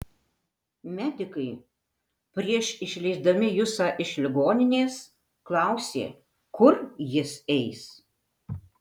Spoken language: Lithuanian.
medikai prieš išleisdami jusą iš ligoninės klausė kur jis eis